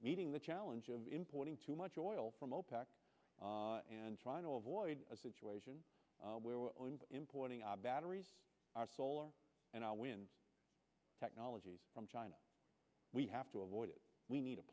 meeting the challenge of importing too much oil from opec and trying to avoid a situation where we're importing our batteries our solar and wind technologies from china we have to avoid it we need a